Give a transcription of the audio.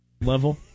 level